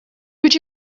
would